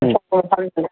ꯎꯝ